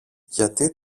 γιατί